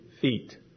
feet